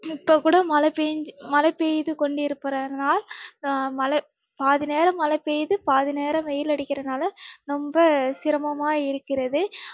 இப்போ கூட மழை பேய்ஞ்சி மழை பெய்து கொண்டிருப்பதனால் மழை பாதி நேரம் மழை பெய்யுது பாதி நேரம் வெயில் அடிக்கிறதுனால ரொம்ப சிரமமாக இருக்கிறது